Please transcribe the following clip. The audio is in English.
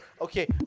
Okay